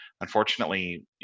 unfortunately